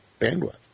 bandwidth